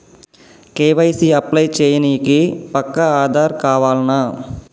KYC apply చేయనీకి పక్కా ఆధార్ కావాల్నా?